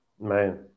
man